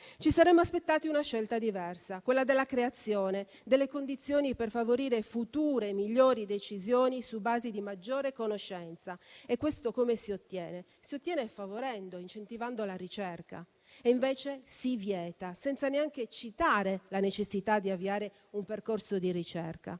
Ci saremmo aspettati una scelta diversa, quella della creazione delle condizioni per favorire migliori decisioni future su basi di maggiore conoscenza. Questo come lo si ottiene? Lo si ottiene favorendo e incentivando la ricerca. E invece la si vieta, senza neanche citare la necessità di avviare un percorso di ricerca.